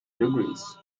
degrees